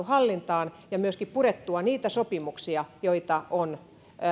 hallintaan ja myöskin purettua niitä sopimuksia joita on